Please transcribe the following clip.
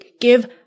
Give